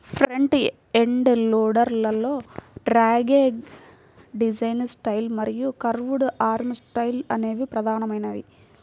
front end loader లలో dogleg design style మరియు curved arm style అనేవి ప్రధానమైనవి